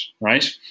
right